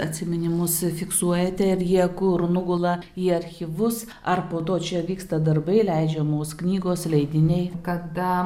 atsiminimus fiksuojate ir jie kur nugula į archyvus ar po to čia vyksta darbai leidžiamos knygos leidiniai